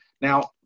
Now